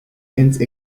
hence